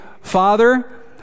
Father